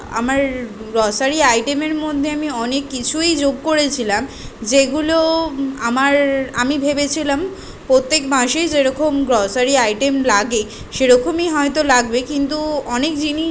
আমার গ্রসারি আইটেমের মধ্যে আমি অনেক কিছুই যোগ করেছিলাম যেগুলো আমার আমি ভেবেছিলাম প্রত্যেক মাসেই যেরকম গ্রসারি আইটেম লাগে সেরকমই হয়তো লাগবে কিন্তু অনেক জিনিস